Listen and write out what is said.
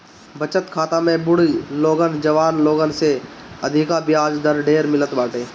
बचत खाता में बुढ़ लोगन जवान लोगन से अधिका बियाज दर ढेर मिलत बाटे